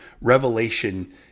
Revelation